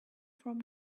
from